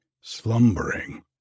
slumbering